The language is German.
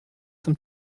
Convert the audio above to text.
zum